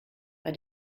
bei